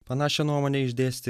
panašią nuomonę išdėstė